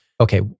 okay